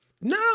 No